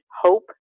hope